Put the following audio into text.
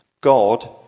God